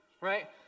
right